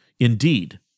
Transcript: Indeed